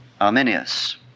Arminius